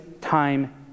time